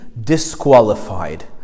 disqualified